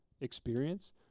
experience